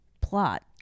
plot